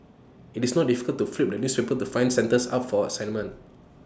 IT is not difficult to flip the newspapers to find centres up for assignment